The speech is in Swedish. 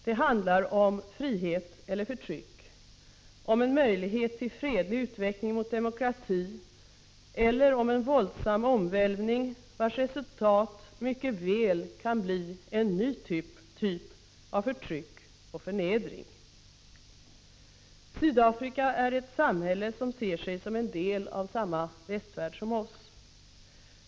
Det handlar om frihet eller förtryck, om en möjlighet till fredlig utveckling mot demokrati eller om en våldsam omvälvning, vars resultat mycket väl kan bli en ny typ av förtryck och förnedring. Sydafrika är ett samhälle som ser sig som en del av samma västvärld som vi tillhör.